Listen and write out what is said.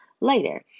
later